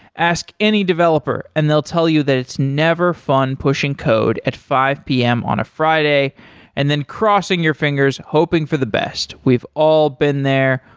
ask any developer and they'll tell you that it's never fun pushing code at five p m. on a friday and then crossing your fingers hoping for the best. we've all been there.